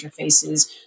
interfaces